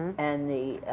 and the